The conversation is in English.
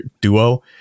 duo